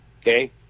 Okay